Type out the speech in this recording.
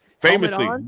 Famously